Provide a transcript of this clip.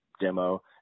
demo